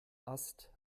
ast